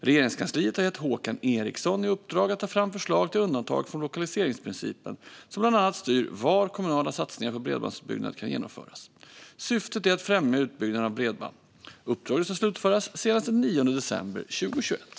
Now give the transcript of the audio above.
Regeringskansliet har gett Håkan Eriksson i uppdrag att ta fram förslag till undantag från lokaliseringsprincipen, som bland annat styr var kommunala satsningar på bredbandsutbyggnad kan genomföras. Syftet är att främja utbyggnaden av bredband. Uppdraget ska slutföras senast den 9 december 2021.